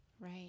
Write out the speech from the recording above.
right